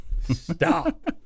Stop